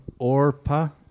Orpa